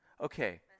Okay